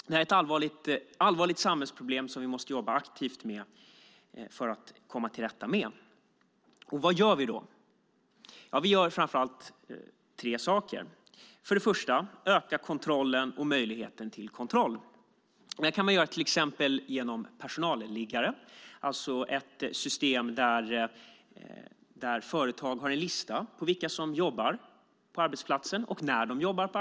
Det är ett allvarligt samhällsproblem som vi måste jobba aktivt för att komma till rätta med. Vad gör vi då? Ja, vi gör framför allt tre saker. Först och främst ökar vi möjligheten till kontroll. Det kan man till exempel göra genom personalliggare. Det är ett system där företag har en lista på vilka som jobbar på arbetsplatsen och när de jobbar där.